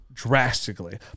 Drastically